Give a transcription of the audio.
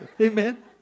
Amen